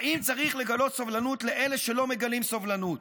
האם צריך לגלות סובלנות לאלה שלא מגלים סובלנות?